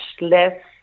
less